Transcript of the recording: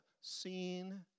seen